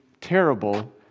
terrible